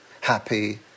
happy